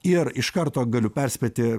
ir iš karto galiu perspėti